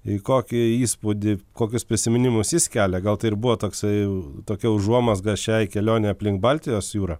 kokį įspūdį kokius prisiminimus jis kelia gal tai ir buvo toksai tokia užuomazga šiai kelionei aplink baltijos jūrą